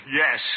yes